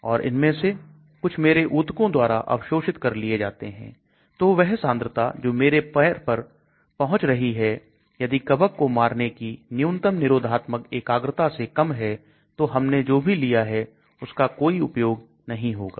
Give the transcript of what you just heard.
और इनमें से कुछ मेरे ऊतकों द्वारा अवशोषित कर लिए जाते हैं तो वह सांद्रता जो मेरे पैर में पहुंच रही है यदि कवक को मारने की न्यूनतम निरोधात्मक एकाग्रता से कम है तो हमने जो भी लिया है उसका कोई उपयोग नहीं होगा